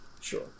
sure